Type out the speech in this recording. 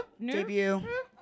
debut